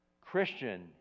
Christian